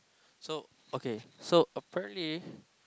so okay so apparently